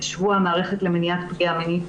יש שבוע המערכת למניעת פגיעה מינית